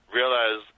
realize